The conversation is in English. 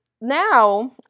now